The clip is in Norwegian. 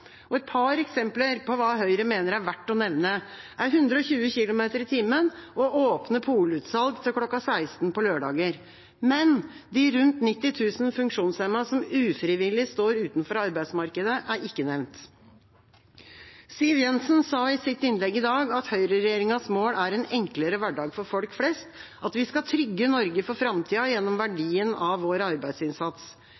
mener er verdt å nevne, er 120 km/t og åpne polutsalg til kl. 16 på lørdager. Men de rundt 90 000 funksjonshemmede som ufrivillig står utenfor arbeidsmarkedet, er ikke nevnt. Siv Jensen sa i sitt innlegg i dag at høyreregjeringas mål er en enklere hverdag for folk flest, at vi skal trygge Norge for framtida gjennom